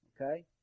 okay